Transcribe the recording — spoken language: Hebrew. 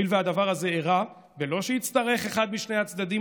הואיל והדבר הזה אירע בלא שיצטרך אחד משני הצדדים